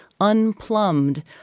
unplumbed